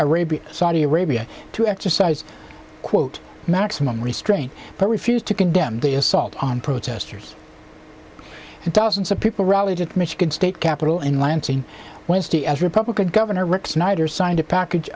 arabia saudi arabia to exercise quote maximum restraint but refused to condemn the assault on protesters and thousands of people rallied at michigan state capital in lansing wednesday as republican governor rick snyder signed a package